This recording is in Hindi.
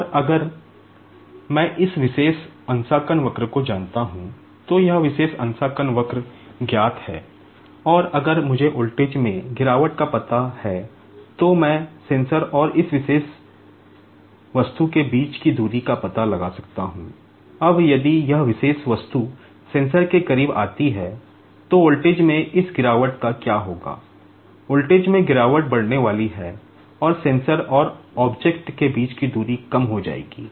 और अगर मैं इस विशेष कैलिब्रेशन कव के बीच की दूरी कम हो जाएगी